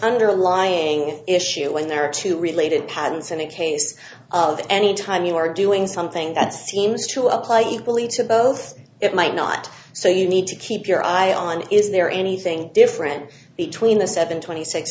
underlying issue when there are two related patents in the case of anytime you are doing something that seems to apply equally to both it might not so you need to keep your eye on is there anything different between the seven twenty six